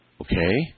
Okay